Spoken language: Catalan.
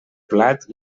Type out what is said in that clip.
plat